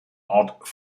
ort